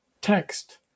text